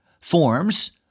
forms